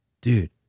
dude